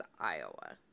Iowa